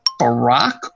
Barack